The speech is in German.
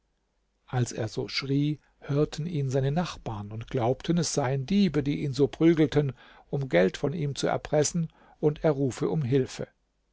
als er so schrie hörten ihn seine nachbarn und glaubten es seien diebe die ihn so prügelten um geld von ihm zu erpressen und er rufe um hilfe